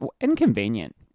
inconvenient